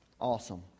Awesome